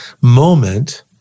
moment